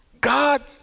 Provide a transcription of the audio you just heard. God